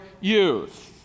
youth